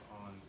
on